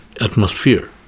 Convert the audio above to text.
atmosphere